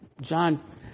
John